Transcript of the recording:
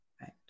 Right